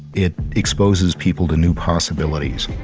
it exposes people to new possibilities.